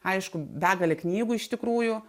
aišku begalė knygų iš tikrųjų